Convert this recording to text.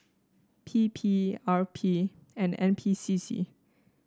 P P R P and N P C C